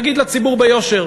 תגיד לציבור ביושר.